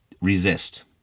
resist